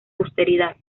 austeridad